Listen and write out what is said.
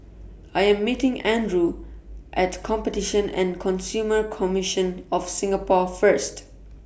I Am meeting Andrew At Competition and Consumer Commission of Singapore First